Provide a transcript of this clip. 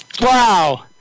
wow